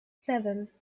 seven